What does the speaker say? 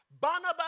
Barnabas